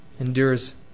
Endures